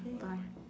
bye